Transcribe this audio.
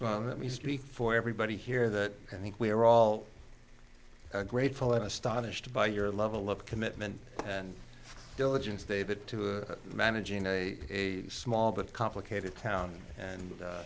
well let me speak for everybody here that i think we're all grateful and astonished by your level of commitment and diligence david to managing a small but complicated town and